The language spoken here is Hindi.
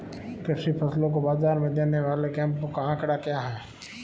कृषि फसलों को बाज़ार में देने वाले कैंपों का आंकड़ा क्या है?